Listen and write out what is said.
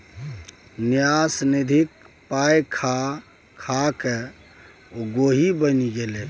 न्यास निधिक पाय खा खाकए ओ गोहि बनि गेलै